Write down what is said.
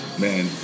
man